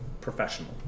professional